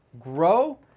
grow